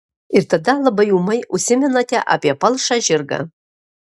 ir tada labai ūmai užsimenate apie palšą žirgą